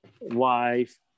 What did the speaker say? wife